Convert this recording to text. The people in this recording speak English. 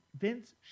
Vince